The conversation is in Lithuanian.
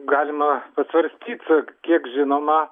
galima pasvarstyt kiek žinoma